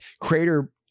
crater